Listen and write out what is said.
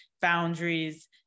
boundaries